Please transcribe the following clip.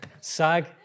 sag